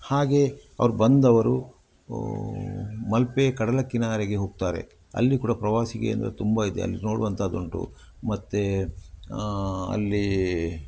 ಹಾಗೇ ಅವ್ರು ಬಂದವರು ಮಲ್ಪೆ ಕಡಲ ಕಿನಾರೆಗೆ ಹೋಗ್ತಾರೆ ಅಲ್ಲಿ ಕೂಡ ಪ್ರವಾಸಿ ಕೇಂದ್ರ ತುಂಬ ಇದೆ ಅಲ್ಲಿ ನೋಡುವಂತಾದ್ದು ಉಂಟು ಮತ್ತೆ ಅಲ್ಲಿ